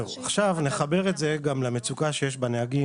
נחבר את זה גם למצוקת הנהגים,